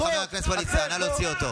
חבר הכנסת ווליד טאהא,